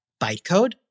bytecode